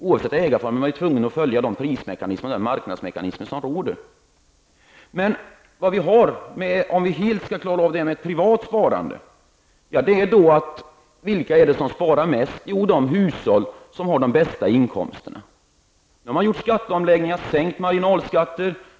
Oavsett ägarform är man tvungen att följa de prismekanismer och de marknadsmekanismer som råder. Men om vi skall klara av det här med ett privat sparande, vilka är det då som sparar mest? Jo, de hushåll som har de bästa inkomsterna. Nu har man gjort skatteomläggningar och sänkt marginalskatter.